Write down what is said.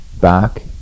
back